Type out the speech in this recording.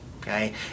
okay